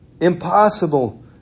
impossible